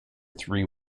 three